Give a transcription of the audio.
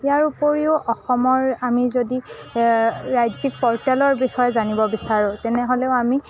ইয়াৰ উপৰিও অসমৰ আমি যদি ৰাজ্যিক পৰ্টেলৰ বিষয়ে জানিব বিচাৰোঁ তেনেহ'লেও আমি